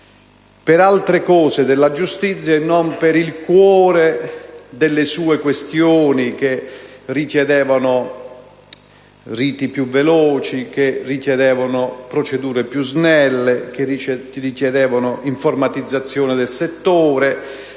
per altri aspetti della giustizia e non per il cuore delle sue questioni, che richiedevano riti più veloci, procedure più snelle, informatizzazione del settore